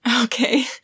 Okay